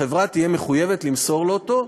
החברה תהיה מחויבת למסור לו אותו.